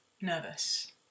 Nervous